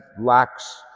lacks